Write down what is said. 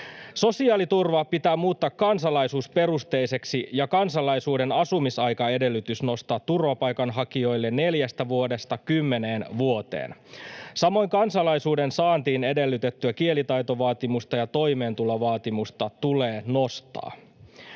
Sosiaaliturva pitää muuttaa kansalaisuusperusteiseksi ja kansalaisuuden asumisaikaedellytys nostaa turvapaikanhakijoille neljästä vuodesta kymmeneen vuoteen. Samoin kansalaisuuden saantiin edellytettyä kielitaitovaatimusta ja toimeentulovaatimusta tulee nostaa.